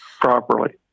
properly